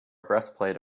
breastplate